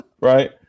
right